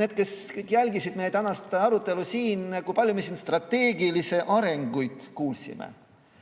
Need, kes jälgisid meie tänast arutelu siin – kui palju me strateegilisi arenguid kuulsime?